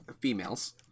females